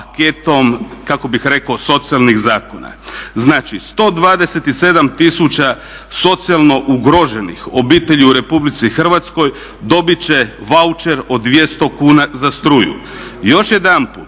paketom socijalnih zakona. Znači 127000 socijalno ugroženih obitelji u Republici Hrvatskoj dobit će vaucher od 200 kuna za struju. Još jedanput